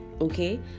Okay